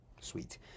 sweet